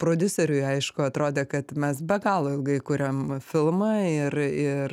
prodiuseriui aišku atrodė kad mes be galo ilgai kuriam filmą ir ir